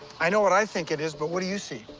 i know what i think it is, but what do you see?